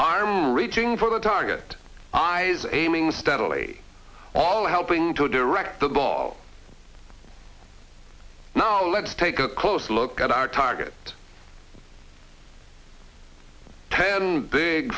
arm reaching for the target eyes aiming steadily all helping to direct the ball now let's take a close look at our target ten big